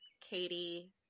Katie